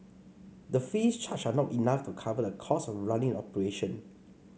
the fees charged are not enough to cover the cost of running the operation